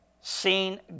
Seen